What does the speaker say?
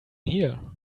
here